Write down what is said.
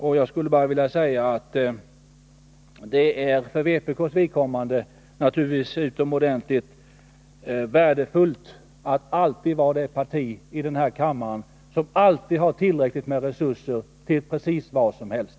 För vpk:s vidkommande är det naturligtvis utomordentligt värdefullt att alltid vara det parti här i kammaren som har tillräckligt med resurser till precis vad som helst.